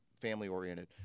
family-oriented